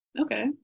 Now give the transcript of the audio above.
Okay